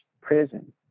prison